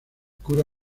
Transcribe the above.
cura